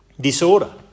Disorder